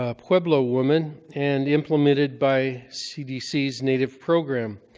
ah pueblo woman, and implemented by cdc's native program.